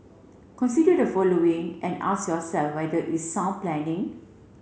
consider the following and ask yourself whether it's sound planning